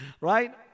Right